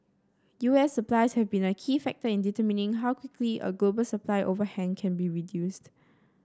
U S supplies have been a key factor in determining how quickly a global supply overhang can be reduced